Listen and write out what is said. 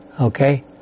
Okay